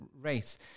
race